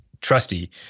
trusty